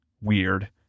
weird